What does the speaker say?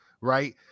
right